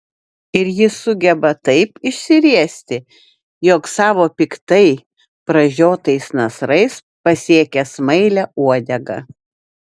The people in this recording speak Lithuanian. ir ji sugeba taip išsiriesti jog savo piktai pražiotais nasrais pasiekia smailią uodegą